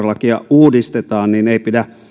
lakia uudistetaan niin ei pidä